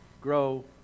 grow